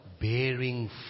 bearing